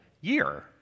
year